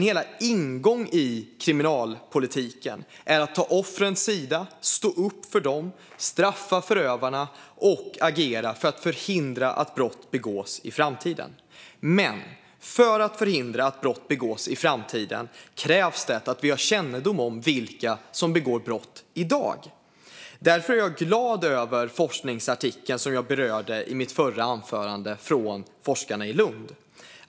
Hela min ingång i kriminalpolitiken är att stå på offrens sida, stå upp för dem, straffa förövarna och agera för att förhindra att brott begås i framtiden. Men för att förhindra att brott begås i framtiden krävs det att vi har kännedom om vilka som begår brott i dag. Därför är jag glad över forskningsartikeln från forskarna i Lund som jag berörde i mitt förra inlägg.